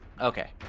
okay